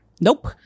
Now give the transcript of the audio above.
Nope